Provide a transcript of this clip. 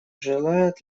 желает